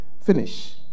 finish